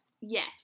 Yes